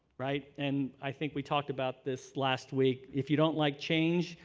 right? and i think we talked about this last week. if you don't like change,